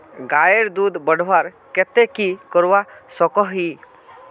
गायेर दूध बढ़वार केते की करवा सकोहो ही?